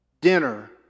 dinner